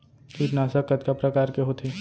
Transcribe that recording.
कीटनाशक कतका प्रकार के होथे?